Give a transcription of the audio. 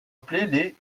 appelés